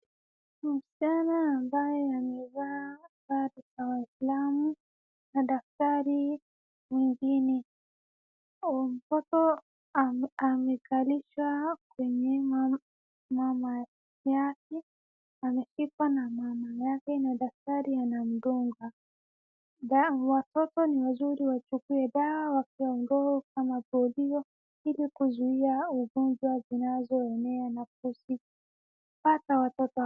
Maschana ambaye amevaa nguo za kislamu na daktari mwingine. Mtoto amekalishwa kwenye mama yake. Ameshikwa na mama yake na daktari anamdhunga dawa. Watoto ni wazuri wachukue dawa wakidungwa kama polio ili kuzuia magonjwa zinazoenea na kupata watoto.